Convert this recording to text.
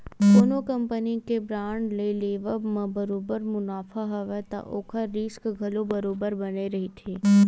कोनो कंपनी के बांड के लेवब म बरोबर मुनाफा हवय त ओखर रिस्क घलो बरोबर बने रहिथे